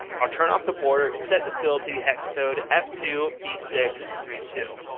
i'll turn off the border and set the fill to the hex code f two b six three two.